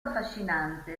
affascinante